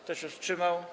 Kto się wstrzymał?